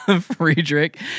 Friedrich